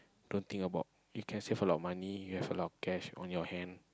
don't think about you can save a lot of money you have a lot of cash on your hand